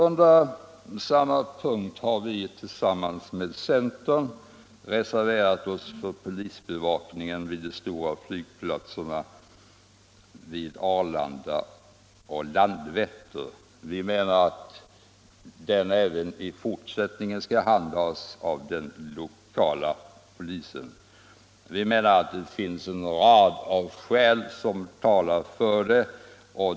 Under samma punkt har folkpartiets representanter tillsammans med centerns reserverat sig för att polisbevakningen vid de stora flygplatserna Arlanda och Landvetter även i fortsättningen skall handhas av den lokala polisen. En rad skäl talar för detta.